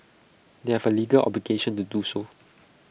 they have A legal obligation to do so